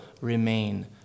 remain